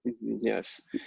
Yes